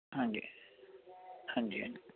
ਹਾਂਜੀ ਹਾਂਜੀ ਹਾਂਜੀ